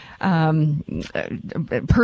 Person